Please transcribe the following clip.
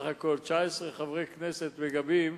בסך הכול 19 חברי כנסת מגבים